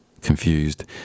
confused